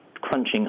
crunching